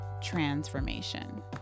transformation